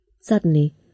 Suddenly